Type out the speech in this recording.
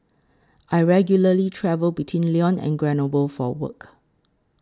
I regularly travel between Lyon and Grenoble for work